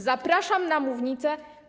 Zapraszam na mównicę.